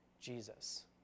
Jesus